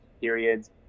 periods